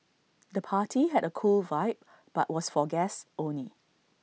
the party had A cool vibe but was for guests only